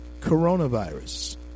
coronavirus